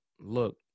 look